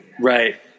Right